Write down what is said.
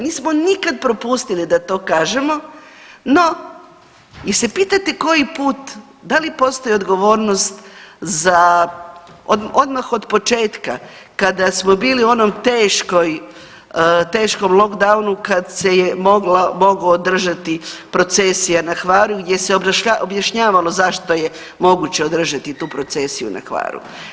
Nismo nikad propustili da to kažemo, no, je li se pitate koji put, da li postoji odgovornost za, odmah od početka kada smo bili u onom teškom lockdownu, kad se je mogao održati procesija na Hvaru, gdje se objašnjavalo zašto je moguće održati tu procesiju na Hvaru.